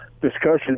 discussion